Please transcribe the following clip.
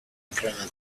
incremental